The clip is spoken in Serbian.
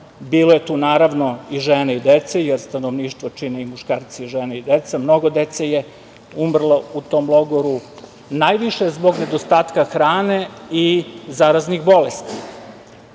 Bilo je tu i žena i dece, jer stanovništvo čine muškarci, žena i deca. Mnogo dece je umrlo u tom logoru. Najviše zbog nedostatka hrane i zaraznih bolesti.